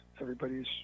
everybody's